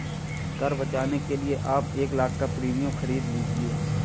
कर बचाने के लिए आप एक लाख़ का प्रीमियम खरीद लीजिए